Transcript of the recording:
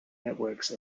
networks